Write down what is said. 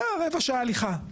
רבע שעה הליכה.